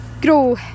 grow